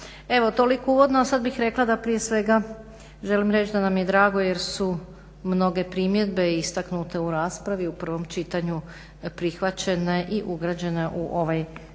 Evo toliko uvodno, a sad bih rekla da prije svega želim reći da nam je drago jer su mnoge primjedbe istaknute u raspravi u prvom čitanju prihvaćene i ugrađene u ovaj konačan